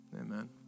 amen